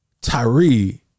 Tyree